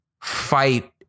fight